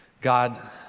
God